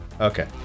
okay